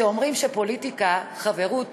כשאומרים שפוליטיקה וחברות